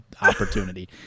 opportunity